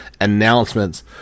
announcements